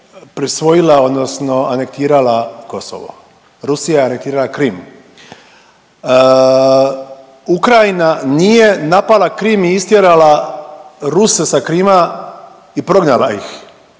prisvojila odnosno anektirala Kosovo, Rusija je anektirala Krim. Ukrajina nije napala Krim i istjerala Ruse sa Krima i prognala ih,